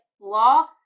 law